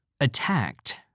attacked